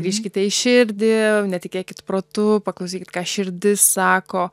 grįžkite į širdį netikėkit protu paklausykit ką širdis sako